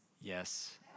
Yes